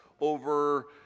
over